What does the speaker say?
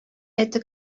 это